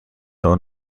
own